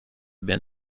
been